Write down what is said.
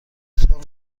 تان